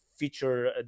feature